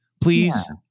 please